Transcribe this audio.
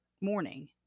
morning